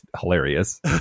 hilarious